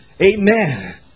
Amen